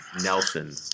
Nelson